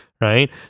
right